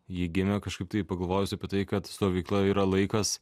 ji gimė kažkaip tai pagalvojus apie tai kad stovykla yra laikas